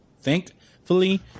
Thankfully